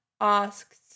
asks